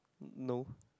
no